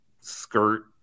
skirt